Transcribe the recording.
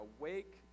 awake